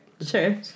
Sure